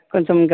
okay